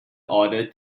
order